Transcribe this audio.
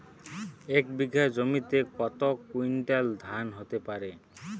এক বিঘা জমিতে কত কুইন্টাল ধান হতে পারে?